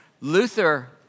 Luther